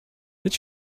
did